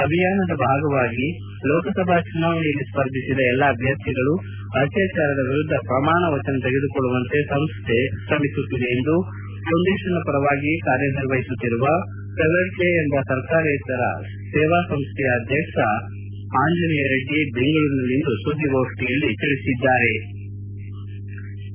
ಅಭಿಯಾನದ ಭಾಗವಾಗಿ ಲೋಕಸಭಾ ಚುನಾವಣೆಯಲ್ಲಿ ಸ್ಪರ್ಧಿಸದ ಎಲ್ಲಾ ಅಭ್ಧರ್ಥಿಗಳು ಅತ್ಯಾಚಾರದ ವಿರುದ್ಧ ಪ್ರಮಾಣ ವಚನ ತೆಗೆದುಕೊಳ್ಳುವಂತೆ ಸಂಸ್ಥೆ ಶ್ರಮಿಸುತ್ತಿದೆ ಎಂದು ಫೌಂಡೇಶನ್ ಪರವಾಗಿ ಕಾರ್ಯನಿರ್ವಹಿಸುತ್ತಿರುವ ಫೆವರ್ಡ್ ಕೆ ಎಂಬ ಸರ್ಕಾರೇತರ ಸೇವಾ ಸಂಸ್ಟೆಯ ಅಧ್ಯಕ್ಷ ಆಂಜನೇಯ ರೆಡ್ಡಿ ಬೆಂಗಳೂರಿನಲ್ಲಿಂದು ಸುದ್ದಿಗೋಷ್ಠಿಯಲ್ಲಿ ತಿಳಬದ್ದಾರೆ